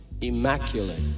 immaculate